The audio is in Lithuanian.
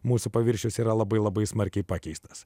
mūsų paviršius yra labai labai smarkiai pakeistas